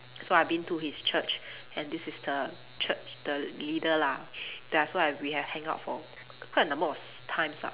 so I've been to his church and this is the church the leader lah that also I've we have hang out for quite a number of s~ times lah